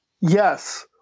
yes